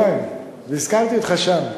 והזכרתי אותך שם.